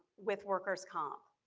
with workers comp.